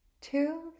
two